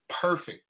perfect